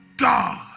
God